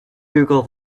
google